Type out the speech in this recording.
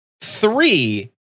three